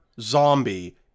zombie